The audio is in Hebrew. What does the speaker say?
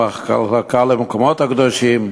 המחלקה למקומות הקדושים,